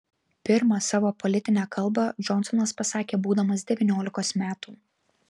pirmą savo politinę kalbą džonsonas pasakė būdamas devyniolikos metų